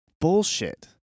bullshit